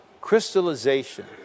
crystallization